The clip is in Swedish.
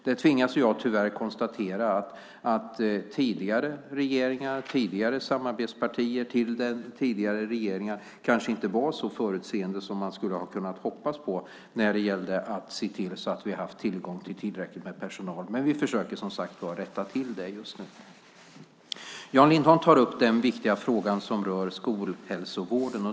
Där tvingas jag tyvärr konstatera att tidigare regeringar och tidigare samarbetspartier till tidigare regeringar kanske inte var så förutseende som man skulle ha kunnat hoppas på när det gällde tillgången till tillräckligt med personal. Men vi försöker som sagt var rätta till det just nu. Jan Lindholm tar upp den viktiga fråga som rör skolhälsovården.